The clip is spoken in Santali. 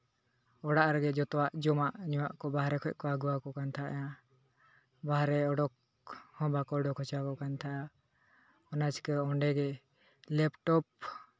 ᱚᱲᱟᱜ ᱨᱮᱜᱮ ᱡᱚᱛᱚᱣᱟᱜ ᱡᱚᱢᱟᱜ ᱧᱩᱣᱟᱜ ᱠᱚ ᱵᱟᱦᱨᱮ ᱠᱷᱚᱡ ᱠᱚ ᱟᱹᱜᱩ ᱠᱟᱱ ᱛᱟᱦᱮᱸᱜᱼᱟ ᱵᱟᱦᱨᱮ ᱚᱰᱳᱠ ᱦᱚᱸ ᱵᱟᱠᱚ ᱚᱰᱳᱠ ᱦᱚᱪᱚ ᱠᱟᱱ ᱛᱟᱦᱮᱸᱫ ᱚᱱᱟ ᱪᱤᱠᱟᱹ ᱚᱸᱰᱮ ᱜᱮ ᱞᱮᱯᱴᱚᱯ